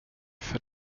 för